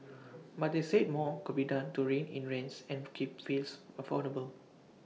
but they said more could be done to rein in rents and keep fees affordable